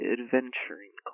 Adventuring